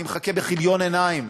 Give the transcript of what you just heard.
ואני מחכה בכיליון עיניים,